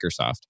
Microsoft